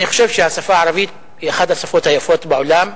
אני חושב שהשפה הערבית היא אחת השפות היפות בעולם.